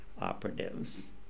operatives